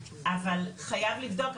אבל חייב לבדוק,